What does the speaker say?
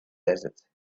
desert